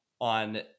on